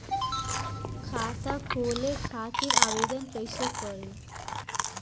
खाता खोले खातिर आवेदन कइसे करी?